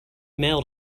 mailed